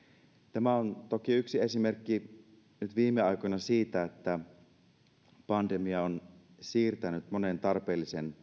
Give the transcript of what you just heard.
tämä on toki yksi esimerkki viime aikoina siitä että pandemia on siirtänyt monen tarpeellisen